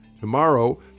tomorrow